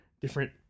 different